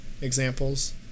examples